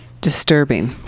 disturbing